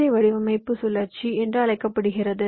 ஐ வடிவமைப்பு சுழற்சி என்று அழைக்கப்படுகிறது